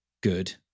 good